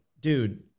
dude